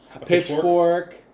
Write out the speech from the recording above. pitchfork